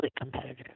competitive